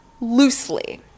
loosely